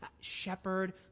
shepherd